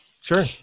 Sure